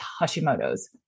Hashimoto's